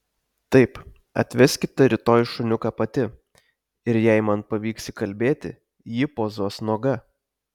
taip atveskite rytoj šuniuką pati ir jei man pavyks įkalbėti ji pozuos nuoga